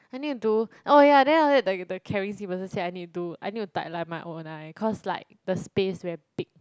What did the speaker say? I need to oh ya then after that the caring skin person say I need to do I need to tightline my own eye cause like the space very big